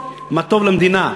מה טוב למדינה,